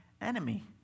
enemy